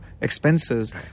expenses